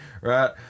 right